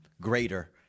greater